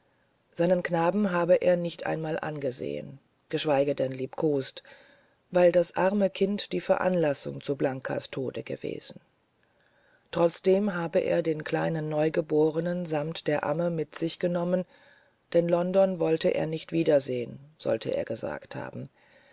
seinen knaben habe er nicht einmal angesehen geschweige denn geliebkost weil das arme kind die veranlassung zu blankas tode gewesen trotzdem habe er den kleinen neugeborenen samt der amme mit sich genommen denn london wolle er nicht wiedersehen sollte er gesagt haben